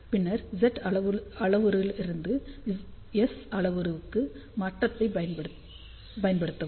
பின்னர் Z அளவுருவிலிருந்து S அளவுருவுக்கு மாற்றத்தைப் பயன்படுத்தவும்